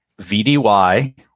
VDY